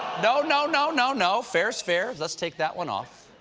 no, no, no, no, no, fair is fair. let's take that one off.